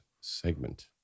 segment